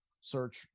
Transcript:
search